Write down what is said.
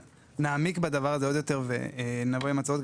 נעמיק בדבר הזה עוד יותר ונבוא עם הצעות.